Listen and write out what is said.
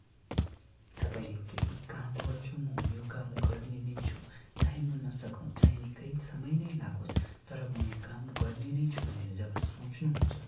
तपाईँले केही काम गर्छु म यो काम गर्ने नै छु चाहे म नसकौँ चाहे निकै समय नै लागोस् तर म यो काम गर्ने नै छु भनेर जब सोच्नुहुन्छ